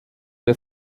der